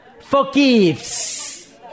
forgives